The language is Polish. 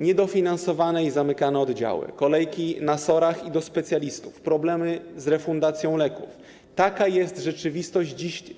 Niedofinansowane i zamykane oddziały, kolejki na SOR-ach, kolejki do specjalistów, problemy z refundacją leków - taka dziś jest rzeczywistość